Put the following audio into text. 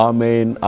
Amen